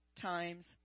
times